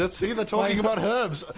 ah see? they're talking about herbs,